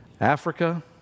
Africa